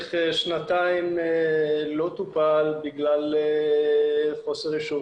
במשך שנתיים לא טופל בגלל חוסר אישור